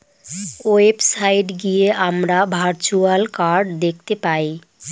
website গিয়ে আমরা virtual card দেখতে পাই